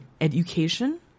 education